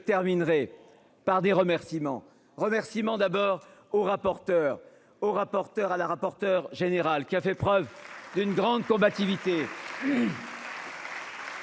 terminerai par des remerciements remerciements d'abord. Au rapporteur au rapporteur à la rapporteure générale qui a fait preuve d'une grande combativité.